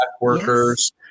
workers